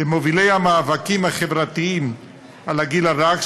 למובילי המאבקים החברתיים על הגיל הרך,